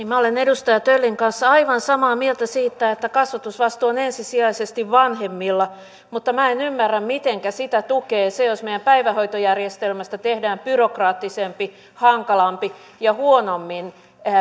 minä olen edustaja töllin kanssa aivan samaa mieltä siitä että kasvatusvastuu on ensisijaisesti vanhemmilla mutta minä en ymmärrä mitenkä sitä tukee se jos meidän päivähoitojärjestelmästä tehdään byrokraattisempi hankalampi ja huonommin